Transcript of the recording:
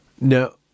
No